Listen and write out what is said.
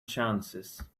chances